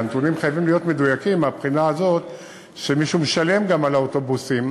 והנתונים חייבים להיות מדויקים מהבחינה שמישהו גם משלם על האוטובוסים,